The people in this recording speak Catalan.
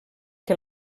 que